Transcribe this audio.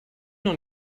doch